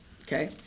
Okay